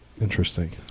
Interesting